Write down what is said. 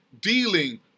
dealing